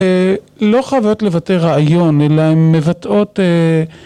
‫לא חייבות לבטא רעיון, ‫אלא הן מבטאות...